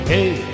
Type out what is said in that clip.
Hey